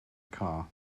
car